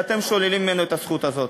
ואתם שוללים ממנו את הזכות הזאת.